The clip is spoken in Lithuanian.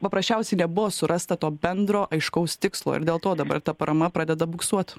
paprasčiausiai nebuvo surasta to bendro aiškaus tikslo ir dėl to dabar ta parama pradeda buksuot